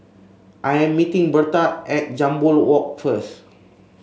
I am meeting Berta at Jambol Walk first